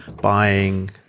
buying